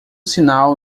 sinal